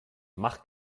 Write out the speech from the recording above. mach